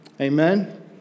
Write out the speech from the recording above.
Amen